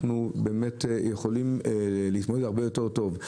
באמת יכולים להתמודד הרבה יותר טוב.